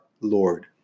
Lord